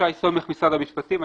שי סומך, משרד המשפטים.